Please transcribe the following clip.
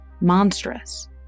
monstrous